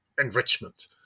enrichment